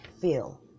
Feel